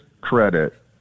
credit